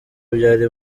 byari